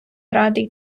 радий